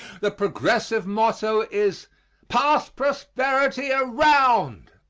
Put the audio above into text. the progressive motto is pass prosperity around.